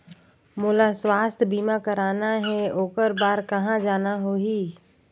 मोला स्वास्थ बीमा कराना हे ओकर बार कहा जाना होही?